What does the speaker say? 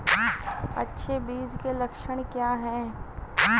अच्छे बीज के लक्षण क्या हैं?